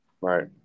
Right